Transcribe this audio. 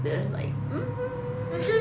then like mm